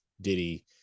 diddy